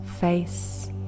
face